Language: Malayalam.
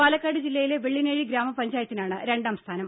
പാലക്കാട് ജില്ലയിലെ വെള്ളിനേഴി ഗ്രാമപഞ്ചായത്തിനാണ് രണ്ടാം സ്ഥാനം